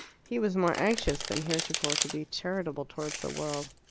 he was more anxious than heretofore to be charitable towards the world.